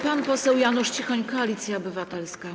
Pan poseł Janusz Cichoń, Koalicja Obywatelska.